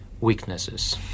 weaknesses